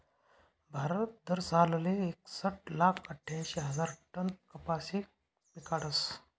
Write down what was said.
भारत दरसालले एकसट लाख आठ्यांशी हजार टन कपाशी पिकाडस